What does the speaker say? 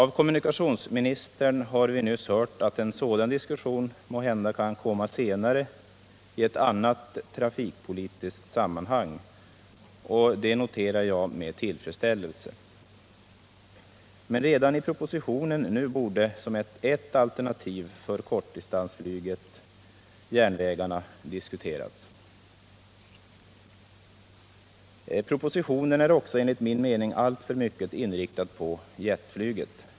Av kommunikationsministern har vi nyss hört att en sådan diskussion måhända kan komma senare i ett annat trafikpolitiskt sammanhang, och det noterar jag med tillfredsställelse. Men redan i propositionen borde som ett alternativ för kortdistansflyget järnvägarna ha diskuterats. Propositionen är också enligt min mening alltför inriktad på jetflyget.